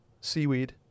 Seaweed